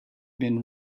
been